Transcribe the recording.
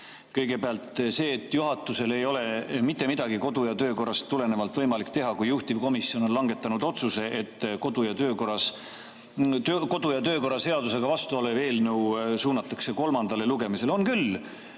Kõigepealt see, et juhatusel ei ole mitte midagi kodu‑ ja töökorrast tulenevalt võimalik teha, kui juhtivkomisjon on langetanud otsuse, et kodu‑ ja töökorra seadusega vastuolus olev eelnõu suunatakse kolmandale lugemisele. On küll!